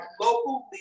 local